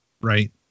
right